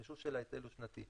החישוב של ההיטל הוא שנתי,